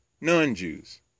non-Jews